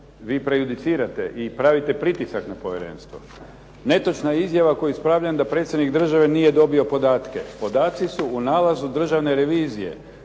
Vi prejudicirate i pravite pritisak na povjerenstvo. Netočna je izjava koju ispravljam da predsjednik države nije dobio podatke. Podaci su u nalazu Državne revizije